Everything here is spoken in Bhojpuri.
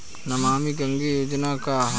नमामि गंगा योजना का ह?